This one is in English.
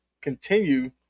continue